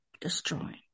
destroying